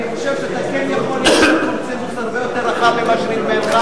אני חושב שאתה כן יכול לקבל קונסנזוס הרבה יותר רחב ממה שנדמה לך.